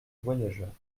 voyageurs